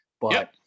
but-